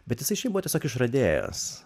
bet jisai šiaip buvo tiesiog išradėjas